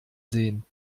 sehen